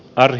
ari